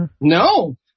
No